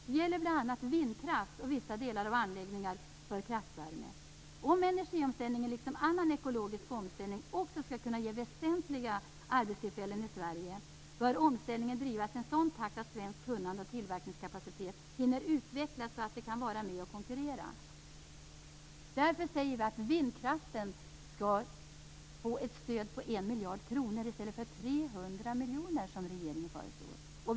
Det gäller bl.a. vindkraft och vissa delar av anläggningar för kraftvärme. Om energiomställningen liksom annan ekologisk omställning också skall kunna ge väsentliga arbetstillfällen i Sverige, bör omställningen drivas i en sådan takt att svenskt kunnande och svensk tillverkningskapacitet hinner utvecklas så att det kan vara med och konkurrera. Därför säger vi att vindkraften skall få ett stöd på 1 miljard kronor i stället för 300 miljoner, som regeringen föreslår.